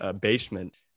basement